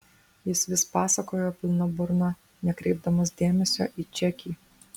jis vis pasakojo pilna burna nekreipdamas dėmesio į čekį